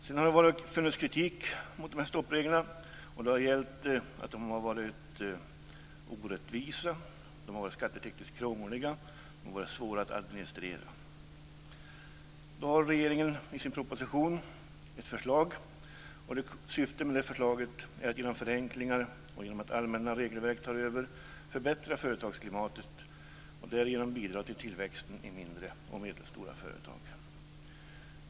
Sedan har det funnits kritik mot de här stoppreglerna. Det har gällt att de har varit orättvisa. De har varit skattetekniskt krångliga och svåra att administrera. Då har regeringen i sin proposition ett förslag. Syftet med förslaget är att genom förenklingar och genom att låta allmänna regelverk ta över förbättra företagsklimatet. Därigenom ges ett bidrag till tillväxten i mindre och medelstora företag.